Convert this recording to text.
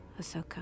Ahsoka